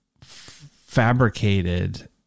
fabricated